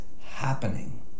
happening